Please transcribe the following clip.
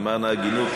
למען ההגינות,